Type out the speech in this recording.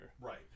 Right